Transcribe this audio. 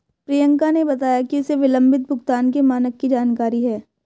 प्रियंका ने बताया कि उसे विलंबित भुगतान के मानक की जानकारी है